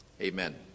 Amen